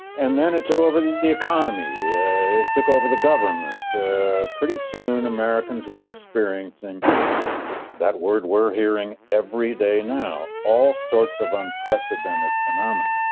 and then two over the economy yeah took over the government. pretty soon, americans were experiencing that word. we're hearing every day now, all sorts of unprecedented phenomena,